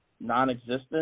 non-existent